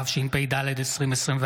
התשפ"ד 2024,